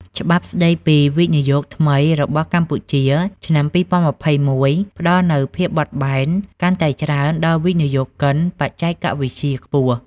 ច្បាប់ស្ដីពីវិនិយោគថ្មីរបស់កម្ពុជា ឆ្នាំ ២០២១ ផ្ដល់នូវភាពបត់បែនកាន់តែច្រើនដល់វិនិយោគិនបច្គេកវិទ្យាខ្ពស់។